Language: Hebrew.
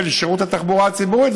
של שירות התחבורה הציבורית.